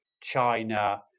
China